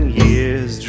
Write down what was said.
years